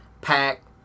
pack